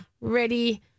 ready